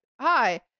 hi